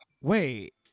wait